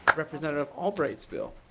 representative albrights bill.